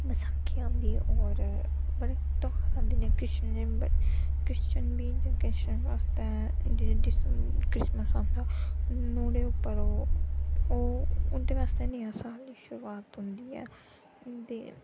बसाखी आंदी होर बड़े ध्यार आंदे जि'यां क्रिश्चियन बी क्रिश्चियन क्रिश्चियन बास्तै जेह्ड़े क्रिसमस आस्तै नुहाड़े उप्पर ओह् ओह् उं'दे बास्तै नया साल शुरुआत होंदी ऐ ते